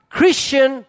Christian